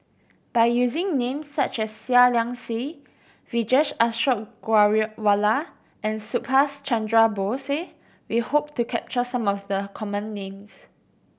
by using names such as Seah Liang Seah Vijesh Ashok Ghariwala and Subhas Chandra Bose we hope to capture some of the common names